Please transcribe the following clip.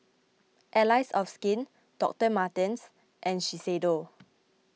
Allies of Skin Doctor Martens and Shiseido